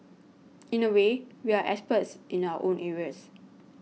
in a way we are experts in our own areas